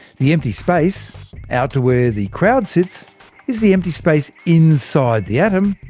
the empty space out to where the crowd sits is the empty space inside the atom.